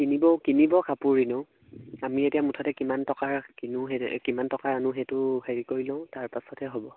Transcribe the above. কিনিব কিনিব কাপোৰ এইও আমি এতিয়া মুঠতে কিমান টকা কিনো সেই কিমান টকা আনো সেইটো হেৰি কৰি লওঁ তাৰ পাছতে হ'ব